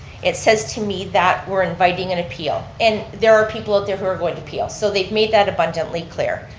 it says to me that we're inviting an appeal, and there are people out there who are going to appeal, so they've made that abundantly clear,